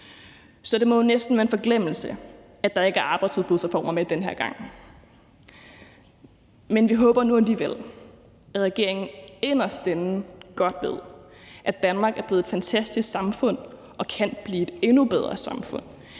så det må jo næsten være en forglemmelse, at der ikke er arbejdsudbudsreformer med den her gang, men vi håber nu alligevel, at regeringen inderst inde godt ved, at Danmark er blevet et fantastisk samfund og kan blive et endnu bedre samfund